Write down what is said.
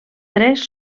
tres